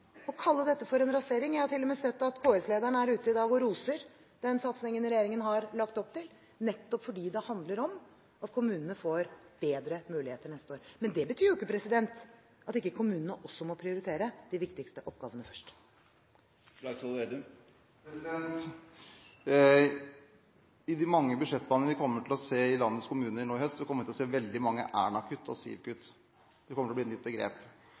å kalle dette for en rasering. Jeg har til og med sett at KS-lederen er ute i dag og roser den satsingen regjeringen har lagt opp til, nettopp fordi det handler om at kommunene får bedre muligheter neste år. Men det betyr jo ikke at ikke kommunene også må prioritere de viktigste oppgavene først. I de mange budsjettbehandlingene i landets kommuner nå i høst kommer vi til å se veldig mange «Erna-kutt» og «Siv-kutt». Det kommer til å bli et nytt begrep.